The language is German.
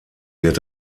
wird